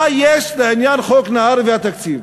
מה לעניין חוק נהרי ולתקציב?